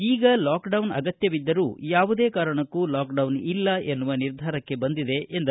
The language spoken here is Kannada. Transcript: ಈಗ ಲಾಕ್ಡೌನ್ ಅಗತ್ತವಿದ್ದರೂ ಯಾವುದೇ ಕಾರಣಕ್ಕೂ ಲಾಕ್ಡೌನ್ ಇಲ್ಲ ಎನ್ನುವ ನಿರ್ಧಾರಕ್ಷೆ ಬಂದಿದೆ ಎಂದರು